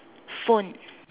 phone